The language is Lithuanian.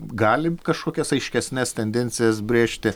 gali kažkokias aiškesnes tendencijas brėžti